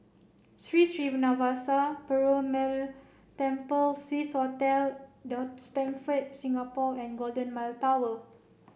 Sri Srinivasa Perumal Temple Swissotel The Stamford Singapore and Golden Mile Tower